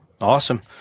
Awesome